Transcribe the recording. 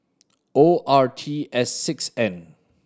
O R T S six N